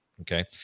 Okay